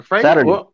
Saturday